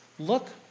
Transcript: Look